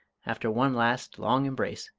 after one last long embrace,